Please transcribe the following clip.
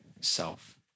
self